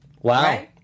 wow